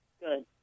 Good